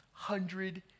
Hundred